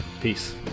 Peace